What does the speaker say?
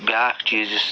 بیٛاکھ چیٖز یُس